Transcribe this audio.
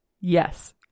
Yes